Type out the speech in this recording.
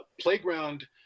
Playground